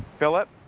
phillip.